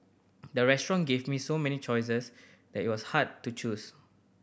the restaurant gave me so many choices that it was hard to choose